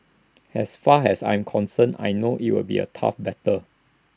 as far as I'm concerned I know IT will be A tough battle